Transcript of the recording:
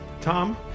Tom